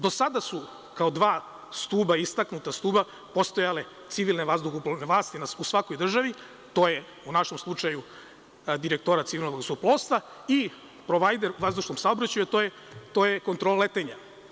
Do sada su kao dva istaknuta stuba postojale civilne vazduhoplovne vlasti u svakoj državi, to je u našem slučaju Direktorat civilnog vazduhoplovstva, i provajder u vazdušnom saobraćaju, a to je Kontrola letenja.